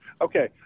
Okay